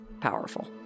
powerful